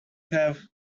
have